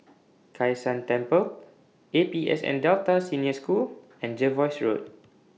Kai San Temple A P S N Delta Senior School and Jervois Road